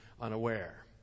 unaware